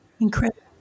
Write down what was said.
incredible